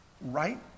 right